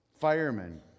firemen